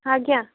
ଆଜ୍ଞା